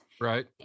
Right